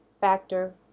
factor